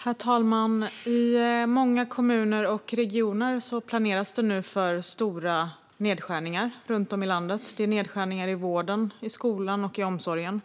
Herr talman! I många kommuner och regioner planeras nu för stora nedskärningar runt om i landet. Det är nedskärningar i vården, skolan och omsorgen.